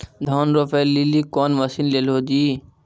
धान रोपे लिली कौन मसीन ले लो जी?